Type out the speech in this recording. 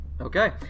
Okay